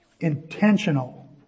Intentional